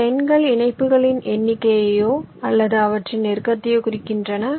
இந்த எண்கள் இணைப்புகளின் எண்ணிக்கையையோ அல்லது அவற்றின் நெருக்கத்தையோ குறிக்கின்றன